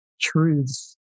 truths